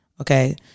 Okay